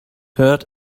hurt